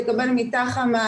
תקבל מיטה חמה,